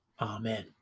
Amen